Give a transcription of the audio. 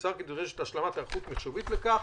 נמסר כי נדרשת השלמת היערכות מחשובית לכך.